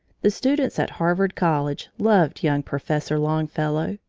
the students at harvard college loved young professor longfellow.